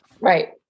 Right